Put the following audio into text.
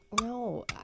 no